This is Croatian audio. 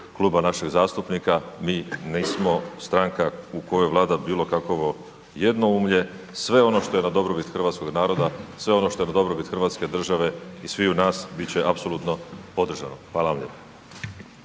kluba naših zastupnika, mi nismo stranka u kojoj vlada bilokakvo jednoumlje, sve ono što je na dobrobit hrvatskog naroda, sve ono što je na dobrobit hrvatske države i sviju nas, bit će apsolutno podržano, hvala vam